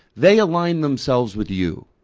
they align themselves with you.